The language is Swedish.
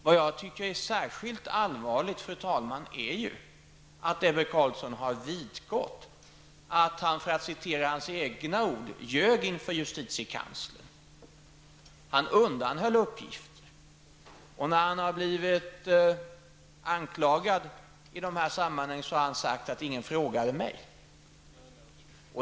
Vad jag tycker är särskilt allvarligt, fru talman, är att Ebbe Carlsson -- för att citera hans egna ord -- har vidgått att han ljög inför justitiekanslern. Han undanhöll uppgifter. När han blivit anklagad i dessa sammanhang har han svarat: Ingen frågade mig.